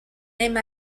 named